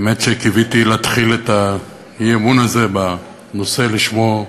האמת שקיוויתי להתחיל את האי-אמון הזה בנושא שלשמו נתכנסנו,